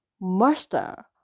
Master